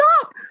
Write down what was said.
stop